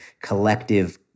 collective